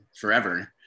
forever